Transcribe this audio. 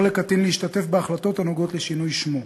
לקטין להשתתף בהחלטות הנוגעות לשינוי שמו.